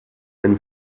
and